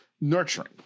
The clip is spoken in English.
nurturing